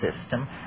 system